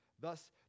Thus